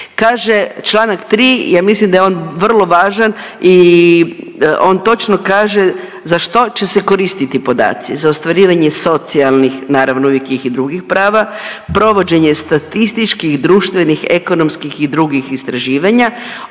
Kaže čl. 3 ja mislim da je on vrlo važan i on točno kaže za što će se koristiti podaci. Za ostvarivanje socijalnih, naravno uvijek je i drugih prava, provođenje statističkih, društvenih, ekonomskih i drugih istraživanja,